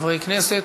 חברי הכנסת,